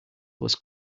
was